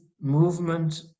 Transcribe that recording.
movement